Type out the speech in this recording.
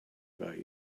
about